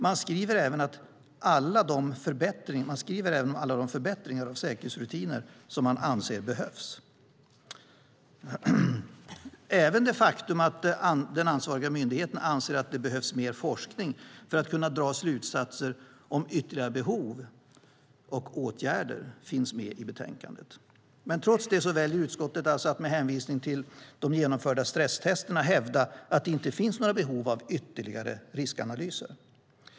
Man skriver även om alla de förbättringar av säkerhetsrutiner som man anser behövs. Även det faktum att den ansvariga myndigheten anser att det behövs mer forskning för att kunna dra slutsatser om ytterligare behov av åtgärder finns med i betänkandet. Trots det väljer utskottet att med hänvisning till de genomförda stresstesterna hävda att det inte finns några behov av ytterligare riskanalyser.